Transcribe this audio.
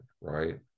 right